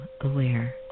aware